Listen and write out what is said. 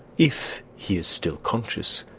if he is still conscious,